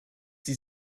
sie